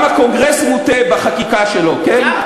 גם הקונגרס מוטה בחקיקה שלו, כן?